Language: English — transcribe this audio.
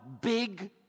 big